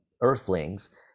earthlings